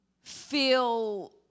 feel